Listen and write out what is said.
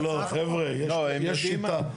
לא, לא חבר'ה, יש שיטה.